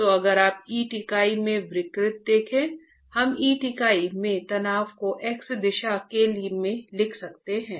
तो अगर आप ईंट इकाई में विकृति देखें हम ईंट इकाई में तनाव को x दिशा में लिख सकते हैं